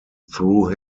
through